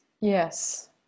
Yes